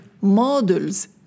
models